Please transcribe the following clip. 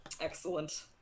Excellent